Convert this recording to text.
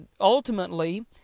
ultimately